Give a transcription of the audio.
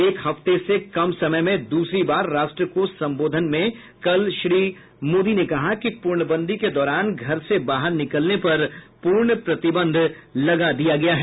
एक हफ्ते से कम समय में दूसरी बार राष्ट्र को संबोधन में कल श्री मोदी ने कहा कि पूर्णबंदी के दौरान घर से बाहर निकलने पर पूर्ण प्रतिबंध लगा दिया गया है